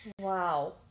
Wow